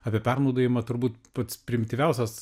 apie pernaudojimą turbūt pats primityviausias